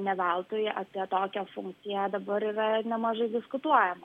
ne veltui apie tokią funkciją dabar yra nemažai diskutuojama